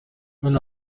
nka